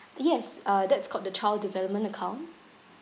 yes uh that's called the child development account